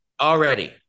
already